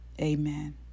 Amen